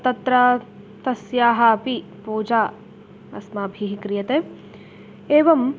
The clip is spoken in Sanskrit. तत्र तस्याः अपि पूजा अस्माभिः क्रियते एवम्